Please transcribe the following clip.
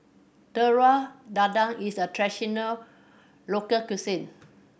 Telur Dadah is a traditional local cuisine